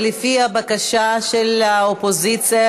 לפי הבקשה של האופוזיציה,